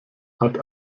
hat